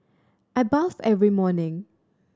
I bathe every morning